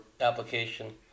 application